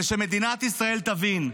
ושמדינת ישראל תבין: